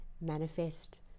manifest